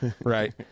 right